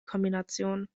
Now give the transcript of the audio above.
kombination